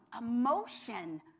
emotion